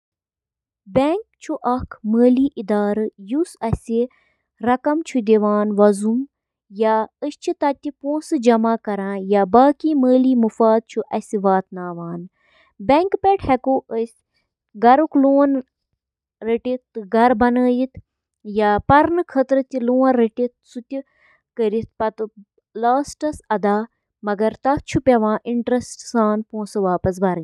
refrigerator چھِ fridge کِس أنٛدرِمِس حصہٕ پٮ۪ٹھ گرمی ہٹاونہٕ خٲطرٕ ریفریجرنٹُک بند نظام استعمال کٔرِتھ کٲم کران، یُس کھٮ۪ن تازٕ تھاوان چھُ: